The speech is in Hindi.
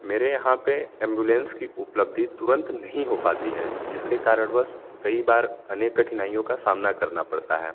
मेरे यहाँ पे एम्बुलेंस की उपलब्धि तुरंत नहीं हो पाती है जिसके कारणवश कई बार अनेक कठिनाइयों का सामना करना पड़ता है